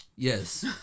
Yes